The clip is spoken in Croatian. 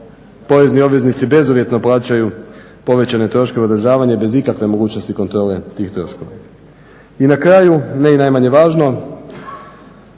porezni obveznici bezuvjetno plaćaju povećane troškove održavanja bez ikakve mogućnosti kontrole tih troškova. I na kraju, ne i najmanje važno,